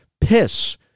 piss